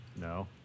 No